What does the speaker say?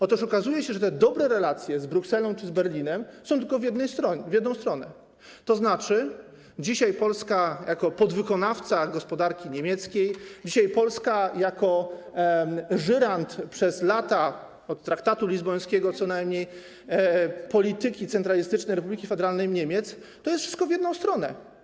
Otóż okazuje się, że te dobre relacje z Brukselą czy z Berlinem są tylko w jedną stronę, tzn. dzisiaj Polska jako podwykonawca gospodarki niemieckiej, dzisiaj Polska jako żyrant przez lata, od traktatu lizbońskiego co najmniej, polityki centralistycznej Republiki Federalnej Niemiec - to jest wszystko w jedną stronę.